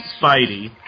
Spidey